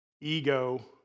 ego